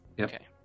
Okay